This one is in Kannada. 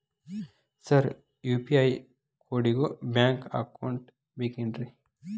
ಸರ್ ಯು.ಪಿ.ಐ ಕೋಡಿಗೂ ಬ್ಯಾಂಕ್ ಅಕೌಂಟ್ ಬೇಕೆನ್ರಿ?